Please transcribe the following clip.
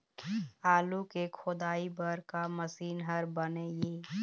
आलू के खोदाई बर का मशीन हर बने ये?